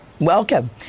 Welcome